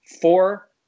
four